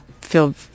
feel